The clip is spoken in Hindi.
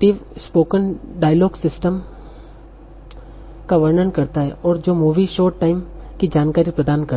टिव spoken dialogue system spoken dialogue system का वर्णन करता है जो मूवी शो टाइम की जानकारी प्रदान करता है